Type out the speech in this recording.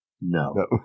No